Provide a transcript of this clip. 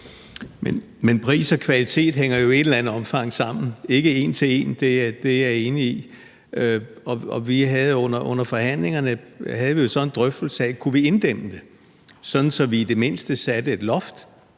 Men pris og kvalitet hænger jo i et eller andet omfang sammen – ikke en til en, det er jeg enig i – og vi havde under forhandlingerne jo en drøftelse af, om vi kunne inddæmme det, sådan at vi i det mindste satte et loft